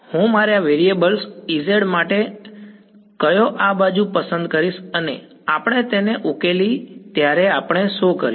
હું મારા variables Ez માટે કયો આ બાજુ પસંદ કરીશ અને આપણે તેને ઉકેલી ત્યારે આપણે શું કર્યું